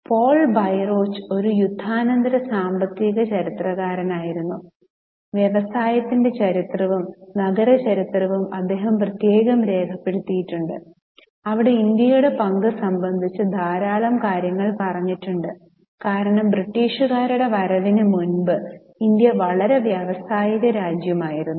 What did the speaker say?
Paul Bairoch ഒരു യുദ്ധാനന്തര സാമ്പത്തിക ചരിത്രകാരനായിരുന്നു വ്യവസായത്തിന്റെ ചരിത്രവും നഗരചരിത്രവും അദ്ദേഹം പ്രത്യേകം രേഖപ്പെടുത്തിയിട്ടുണ്ട് അവിടെ ഇന്ത്യയുടെ പങ്ക് സംബന്ധിച്ച് ധാരാളം കാര്യങ്ങൾ പറഞ്ഞിട്ടുണ്ട് കാരണം ബ്രിട്ടീഷുകാരുടെ വരവിനു മുമ്പ് ഇന്ത്യ വളരെ വ്യാവസായിക രാജ്യമായിരുന്നു